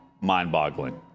mind-boggling